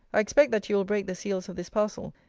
i expect that you will break the seals of this parcel,